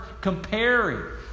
comparing